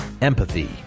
empathy